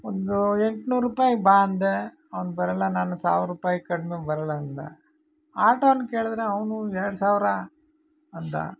ಒಂದು ಎಂಟ್ನೂರು ರೂಪಾಯ್ಗೆ ಬಾ ಅಂದೆ ಅವ್ನು ಬರೋಲ್ಲ ನಾನು ಸಾವಿರ ರೂಪಾಯಿ ಕಡಿಮೆ ಬರೋಲ್ಲ ಅಂದ ಆಟೋನ ಕೇಳಿದ್ರೆ ಅವನು ಎರಡು ಸಾವಿರ ಅಂದ